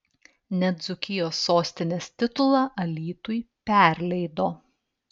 net dzūkijos sostinės titulą alytui perleido